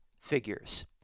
figures